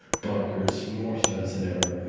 bonkers, more stunts than ever,